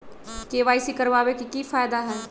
KYC करवाबे के कि फायदा है?